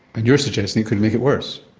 and you're suggesting it could make it worse.